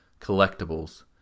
collectibles